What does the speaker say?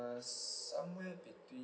somewhere between